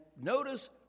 notice